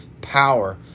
power